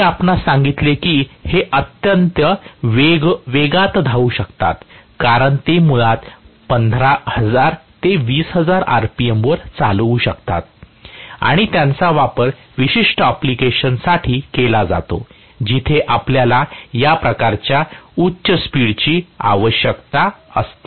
मी आपणास सांगितले आहे की हे अत्यंत वेगात धावू शकतात कारण ते मुळात 15000 ते 20000 rpmवर चालवू शकतात आणि त्यांचा वापर विशिष्ट अँप्लिकेशन साठी केला जातो जिथे आपल्याला या प्रकारच्या उच्च स्पीड ची आवश्यकता असते